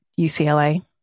UCLA